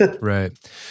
Right